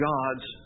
God's